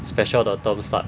special 的 term start